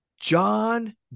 John